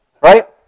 right